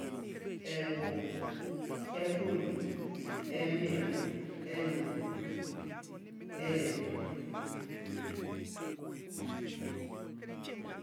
Ewo, ekwe, omiera, eromi, erewo